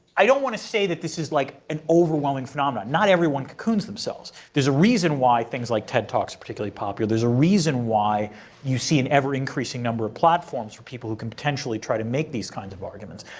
i don't want to say that this is like an overwhelming phenomenon. not everyone cocoons themselves. there's a reason why things like ted talks are particularly popular. there's a reason why you see an ever increasing number of platforms for people who can potentially try to make these kinds of arguments.